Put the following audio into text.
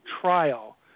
Trial